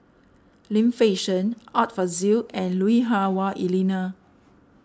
Lim Fei Shen Art Fazil and Lui Hah Wah Elena